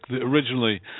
originally